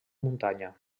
muntanya